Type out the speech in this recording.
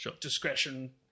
discretion